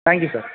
thank you sir